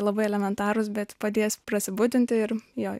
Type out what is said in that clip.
labai elementarūs bet padės prasibudinti ir jo